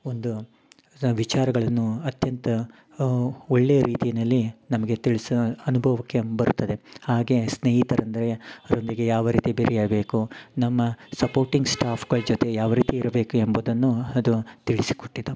ಒಂದು ವಿಚಾರಗಳನ್ನು ಅತ್ಯಂತ ಒಳ್ಳೆಯ ರೀತಿನಲ್ಲಿ ನಮಗೆ ತಿಳ್ಸ ಅನ್ಭವಕ್ಕೆ ಬರುತ್ತದೆ ಹಾಗೆ ಸ್ನೇಹಿತರಂದರೆ ಒಂದಿಗೆ ಯಾವ ರೀತಿ ಬೆರೆಯಬೇಕು ನಮ್ಮ ಸಪೋರ್ಟಿಂಗ್ ಸ್ಟಾಫ್ಗಳ ಜೊತೆ ಯಾವ ರೀತಿ ಇರಬೇಕು ಎಂಬುದನ್ನೂ ಅದು ತಿಳಿಸಿಕೊಟ್ಟಿತು